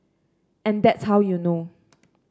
and that's how you know